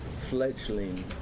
fledgling